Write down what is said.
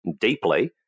deeply